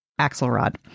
Axelrod